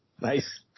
Nice